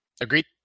Agreed